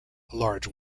large